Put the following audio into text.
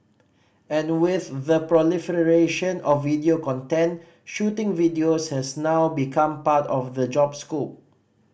and with the proliferation of video content shooting videos has now become part of the job scope